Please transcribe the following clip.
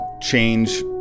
change